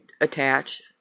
attach